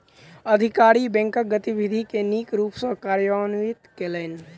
अधिकारी बैंकक गतिविधि के नीक रूप सॅ कार्यान्वित कयलैन